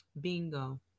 Bingo